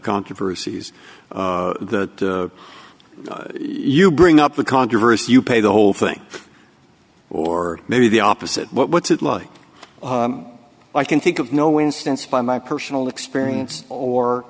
controversies that you bring up the controversy you pay the whole thing or maybe the opposite but what's it like i can think of no instance by my personal experience or